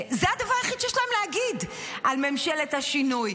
זה הדבר היחיד שיש להם להגיד על ממשלת השינוי.